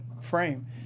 frame